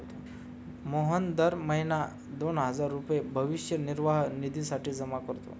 मोहन दर महीना दोन हजार रुपये भविष्य निर्वाह निधीसाठी जमा करतो